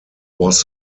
was